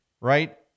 right